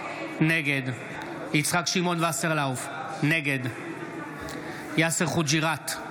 נגד יצחק שמעון וסרלאוף, נגד יאסר חוג'יראת,